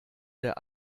der